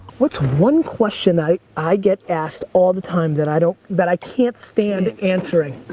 what's one question i i get asked all the time that i don't, that i can't stand answering?